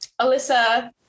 Alyssa